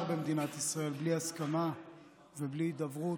במדינת ישראל בלי הסכמה ובלי הידברות.